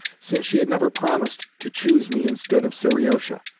since she had never promised to choose me instead of seriosha,